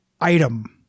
Item